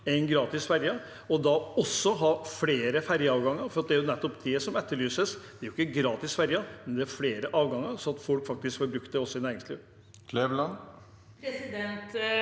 enn gratis ferje, og da også ha flere ferjeavganger, for det er nettopp det som etterlyses – det er ikke gratis ferje, det er flere avganger, sånn at folk faktisk får brukt det, også i næringslivet.